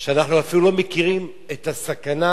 שאנחנו אפילו לא מכירים את הסכנה